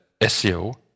SEO